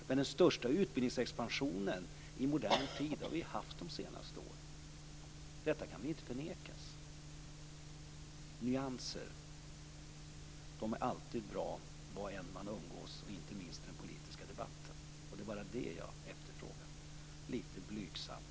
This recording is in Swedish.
Men den största utbildningsexpansionen i modern tid har vi haft de senaste åren. Detta kan inte förnekas. Nyanser är alltid bra var man än umgås, och inte minst i den politiska debatten. Det är bara det jag efterfrågar lite blygsamt.